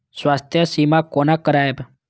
स्वास्थ्य सीमा कोना करायब?